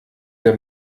der